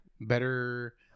better